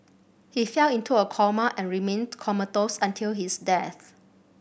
he fell into a coma and remained comatose until his death